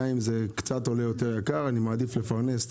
גם אם זה עולה יותר קצת יקר אני מעדיף לפרנס את